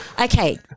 Okay